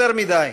יותר מדי.